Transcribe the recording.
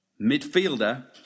Midfielder